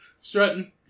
Strutting